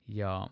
ja